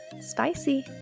spicy